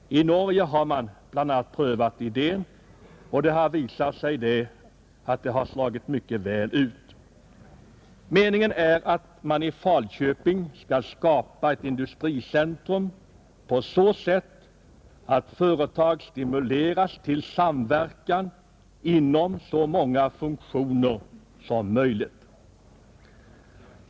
I Norge har man prövat en sådan idé och det har visat sig att den har slagit väl ut. Meningen är att man i Falköping skall skapa ett industricentrum på så sätt att företag stimuleras till samverkan inom så många funktioner som möjligt.